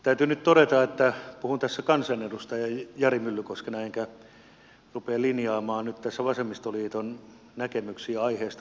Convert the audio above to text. täytyy nyt todeta että puhun tässä kansanedustaja jari myllykoskena enkä rupea linjaamaan nyt tässä vasemmistoliiton näkemyksiä aiheesta